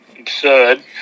absurd